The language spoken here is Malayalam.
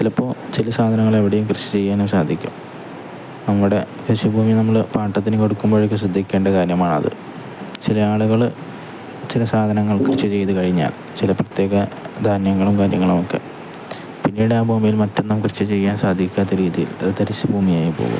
ചിലപ്പോൾ ചില സാധനങ്ങൾ എവിടെയും കൃഷി ചെയ്യാനും സാധിക്കും നമ്മുടെ കൃഷിഭൂമി നമ്മൾ പാട്ടത്തിന് കൊടുക്കുമ്പോഴൊക്കെ ശ്രദ്ധിക്കേണ്ട കാര്യമാണത് ചില ആളുകൾ ചില സാധനങ്ങൾ കൃഷി ചെയ്ത് കഴിഞ്ഞാൽ ചില പ്രത്യേക ധാന്യങ്ങളും കാര്യങ്ങളുമൊക്കെ പിന്നീട് ആ ഭൂമിയിൽ മറ്റൊന്നും കൃഷി ചെയ്യാൻ സാധിക്കാത്ത രീതിയിൽ അത് തരിശുഭൂമിയായി പോകും